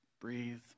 Breathe